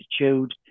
attitude